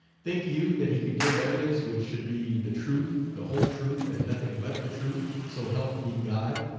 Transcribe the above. think you that he could give evidence which should be the truth, the whole truth, and nothing but the truth, so help me god?